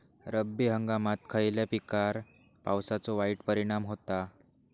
रब्बी हंगामात खयल्या पिकार पावसाचो वाईट परिणाम होता?